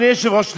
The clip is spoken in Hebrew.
אדוני היושב-ראש,